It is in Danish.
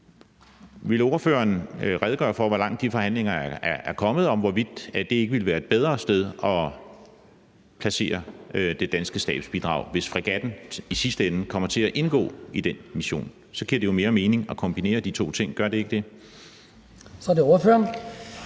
Vil ordføreren redegøre for, hvor langt de forhandlinger er kommet, og om ikke det ville være et bedre sted at placere det danske stabsbidrag? Hvis fregatten i sidste ende kommer til at indgå i den mission, giver det jo mere mening at kombinere de to ting. Gør det ikke det? Kl. 09:15 Den